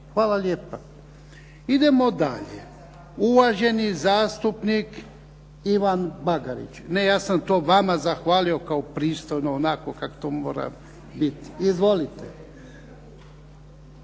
Hvala lijepa. Idemo dalje. Uvaženi zastupnik Ivan Bagarić. Ne ja sam to vama zahvalio kao pristojno, onako kako to mora biti. Izvolite.